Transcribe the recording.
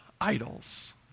idols